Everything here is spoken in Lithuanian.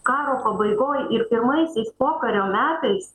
karo pabaigoj ir pirmaisiais pokario metais